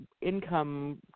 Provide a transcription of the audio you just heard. income